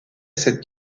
cette